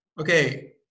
okay